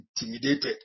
intimidated